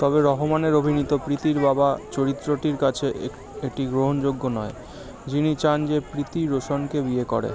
তবে রহমানের অভিনীত প্রীতির বাবা চরিত্রটির কাছে এক এটি গ্রহণযোগ্য নয় যিনি চান যে প্রীতি রোশনকে বিয়ে করে